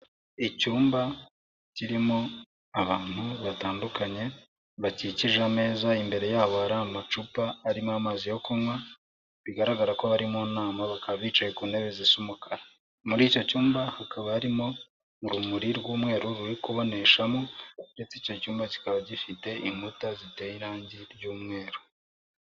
Icyumba kirimo abantu batandukanye bakikije ameza imbere yabo ari amacupa arimo amazi yo kunywa ,bigaragara ko bari mu nama bakaba bicaye ku ntebe zisa umukara. Muri icyo cyumba hakaba harimo urumuri rw'umweru ruri kuboneshamo ndetse icyo cyumba kikaba gifite inkuta ziteye irangi ry'umweru.